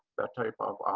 that type of